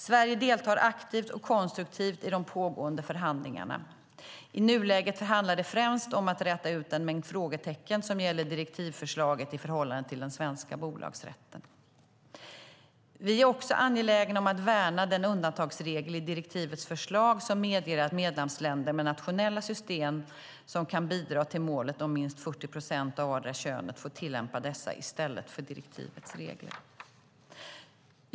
Sverige deltar aktivt och konstruktivt i de pågående förhandlingarna. I nuläget handlar det främst om att räta ut en mängd frågetecken som gäller direktivförslaget i förhållande till den svenska bolagsrätten. Vi är också angelägna om att värna den undantagsregel i direktivets förslag som medger att medlemsländer med nationella system som kan bidra till målet om minst 40 procent av vartdera könet får tillämpa dessa i stället för direktivets regler.